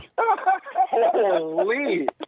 Holy